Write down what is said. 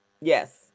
yes